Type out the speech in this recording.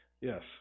Yes